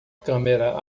câmera